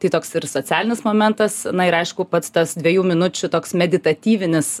tai toks ir socialinis momentas na ir aišku pats tas dviejų minučių toks meditatyvinis